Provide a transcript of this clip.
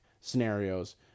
scenarios